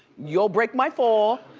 you'll break my fall,